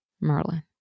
Merlin